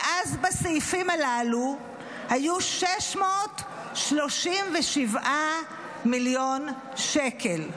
ואז בסעיפים הללו היו 637 מיליון שקל.